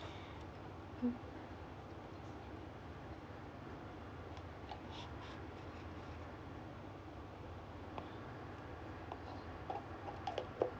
mm